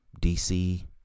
dc